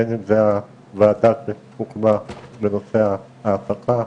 בין אם זה הוועדה שהוקמה בנושא ההעסקה,